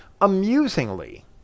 Amusingly